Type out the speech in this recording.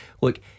Look